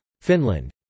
Finland